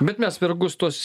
bet mes vergus tuos